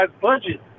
budget